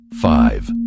five